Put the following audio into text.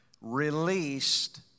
released